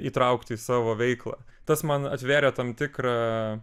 įtraukti į savo veiklą tas man atvėrė tam tikrą